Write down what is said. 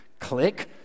click